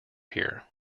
here